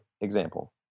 example